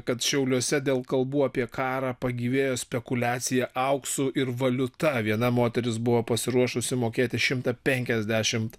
kad šiauliuose dėl kalbų apie karą pagyvėjo spekuliacija auksu ir valiuta viena moteris buvo pasiruošusi mokėti šimtą penkiasdešimt